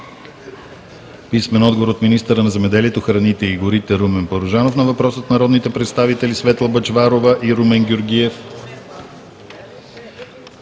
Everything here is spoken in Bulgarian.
Бъчварова; - министъра на земеделието, храните и горите Румен Порожанов на въпрос от народните представители Светла Бъчварова и Румен Георгиев;